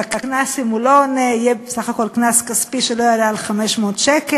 והקנס אם הוא לא עונה יהיה בסך הכול קנס כספי שלא יעלה על 500 שקל.